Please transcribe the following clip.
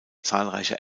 zahlreiche